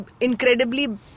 incredibly